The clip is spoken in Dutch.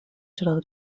zodat